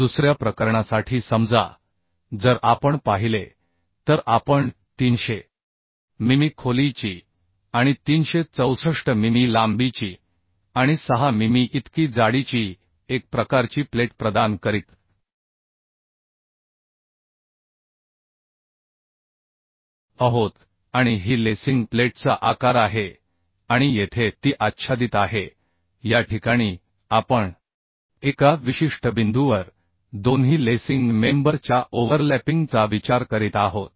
दुसऱ्या प्रकरणासाठी समजा जर आपण पाहिले तर आपण 300 मिमी खोलीची आणि 364 मिमी लांबीची आणि 6 मिमी इतकी जाडीची एक प्रकारची प्लेट प्रदान करीत आहोत आणि ही लेसिंग प्लेटचा आकार आहे आणि येथे ती आच्छादित आहे या ठिकाणी आपण एका विशिष्ट बिंदूवर दोन्ही लेसिंग मेंबर च्या ओव्हरलॅपिंग चा विचार करीत आहोत